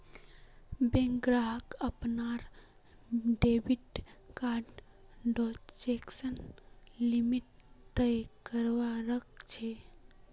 bank ग्राहक अपनार debit कार्डर ट्रांजेक्शन लिमिट तय करवा सख छ